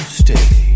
stay